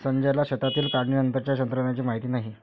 संजयला शेतातील काढणीनंतरच्या तंत्रज्ञानाची माहिती नाही